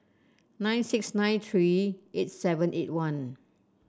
nine six nine three eight seven eight one